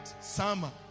summer